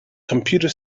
computer